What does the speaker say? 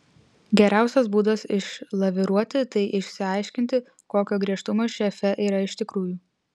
geriausias būdas išlaviruoti tai išsiaiškinti kokio griežtumo šefė yra iš tikrųjų